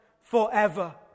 forever